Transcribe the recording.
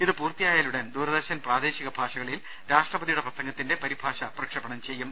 ഇത് പൂർത്തിയായാൽ ഉടൻ ദൂരദർശൻ പ്രാദേശിക ഭാഷകളിൽ രാഷ്ട്രപതിയുടെ പ്രസംഗത്തിന്റെ പരിഭാഷ സംപ്രേഷണം ചെയ്യും